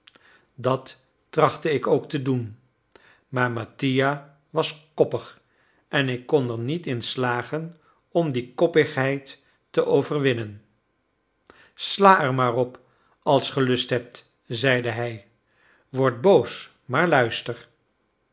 dat trachtte ik ook te doen maar mattia was koppig en ik kon er niet in slagen om die koppigheid te overwinnen sla er maar op als ge lust hebt zeide hij word boos maar luister